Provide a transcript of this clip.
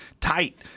tight